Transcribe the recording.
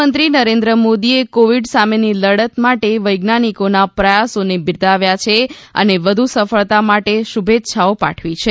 પ્રધાનમંત્રી નરેન્દ્ર મોદીએ કોવિડ સામેની લડત માટે વૈજ્ઞાનિકોના પ્રયાસોને બિરદાવ્યા છે અને વધુ સફળતા માટે શુભેચ્છાઓ પાઠવી છે